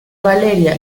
valeria